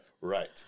right